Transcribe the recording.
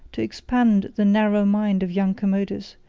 to expand the narrow mind of young commodus,